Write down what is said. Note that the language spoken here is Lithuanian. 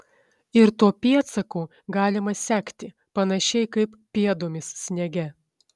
ir tuo pėdsaku galima sekti panašiai kaip pėdomis sniege